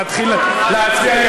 להתחיל להצביע.